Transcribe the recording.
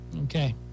Okay